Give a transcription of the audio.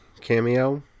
cameo